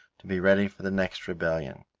to be ready for the next rebellion.